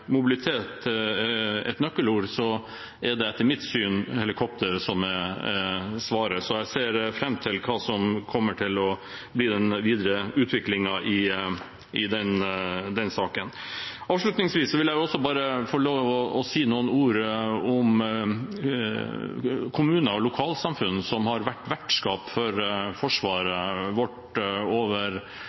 ser fram til hva som kommer til å bli den videre utviklingen i den saken. Avslutningsvis vil jeg også si noen ord om kommuner og lokalsamfunn som har vært vertskap for forsvaret vårt over